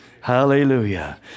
Hallelujah